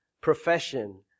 profession